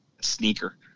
sneaker